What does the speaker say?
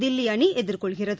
தில்லிஅணிஎதிர்கொள்கிறது